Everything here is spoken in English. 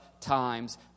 times